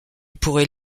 pourrait